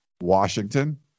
Washington